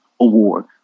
award